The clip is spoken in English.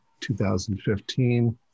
2015